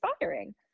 inspiring